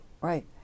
Right